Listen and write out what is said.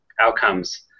outcomes